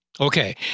Okay